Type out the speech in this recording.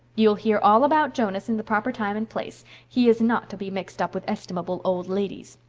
you'll hear all about jonas in the proper time and place. he is not to be mixed up with estimable old ladies.